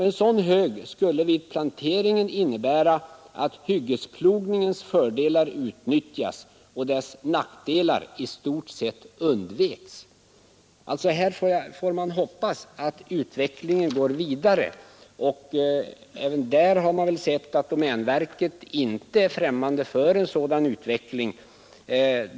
En sådan hög skulle vid planteringen innebära att hyggesplogningens fördelar utnyttjades och dess nackdelar i stort undveks.” Här får man hoppas att utvecklingen går vidare. Jag har också noterat att domänverket inte är främmande för en sådan utveckling.